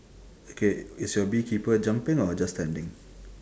okay is your bee keeper jumping or just standing